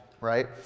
right